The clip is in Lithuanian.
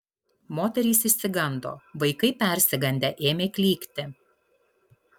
moterys išsigando vaikai persigandę ėmė klykti